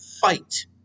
fight